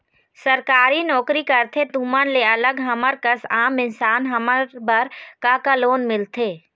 सरकारी नोकरी करथे तुमन ले अलग हमर कस आम इंसान हमन बर का का लोन मिलथे?